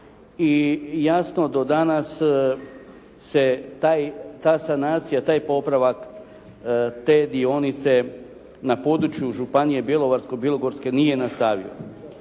i jasno, do danas se ta sanacija, taj popravak te dionice na području županije Bjelovarsko-bilogorske nije nastavio.